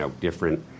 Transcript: different